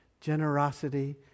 generosity